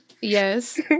Yes